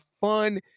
fun